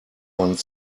one